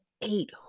eight